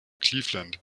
cleveland